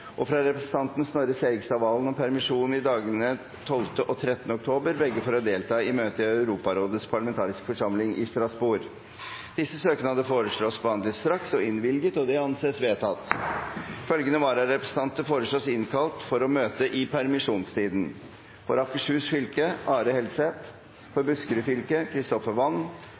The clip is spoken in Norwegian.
og fra representanten Snorre Serigstad Valen om permisjon i dagene 12. og 13. oktober, begge for å delta i møte i Europarådets parlamentariske forsamling i Strasbourg Etter forslag fra presidenten ble enstemmig besluttet: Søknadene behandles straks og innvilges. Følgende vararepresentanter innkalles for å møte i permisjonstiden: For Akershus fylke: Are Helseth For Buskerud fylke: